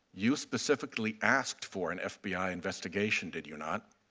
you specifically asked for an fbi investigation, did you not?